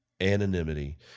anonymity